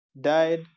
died